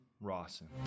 Rawson